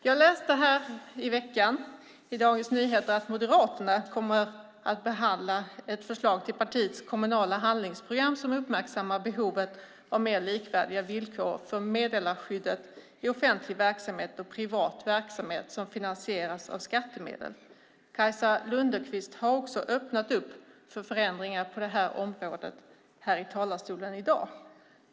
Jag läste här i veckan i Dagens Nyheter att Moderaterna kommer att behandla ett förslag till partiets kommunala handlingsprogram som uppmärksammar behovet av mer likvärdiga villkor för meddelarskyddet i offentlig verksamhet och i privat verksamhet som finansieras av skattemedel. Kajsa Lunderquist har också öppnat för förändringar på området i talarstolen i dag.